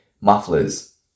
mufflers